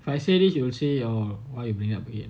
if I say this then you will say orh why you bring it up again